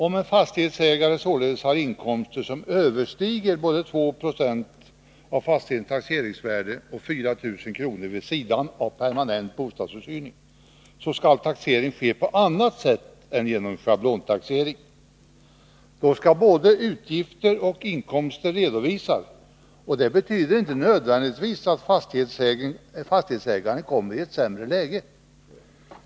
Om en fastighetsägare således har inkomster som överstiger både 2 Jo av fastighetens taxeringsvärde och 4 000 kr. vid sidan av permanent bostadsuthyrning, skall taxering ske på annat sätt än genom schablontaxering. Då skall både inkomster och utgifter redovisas. Det betyder inte nödvändigtvis att fastighetsägaren kommer i ett sämre läge.